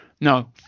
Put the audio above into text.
no